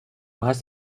hast